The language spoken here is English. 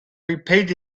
repeated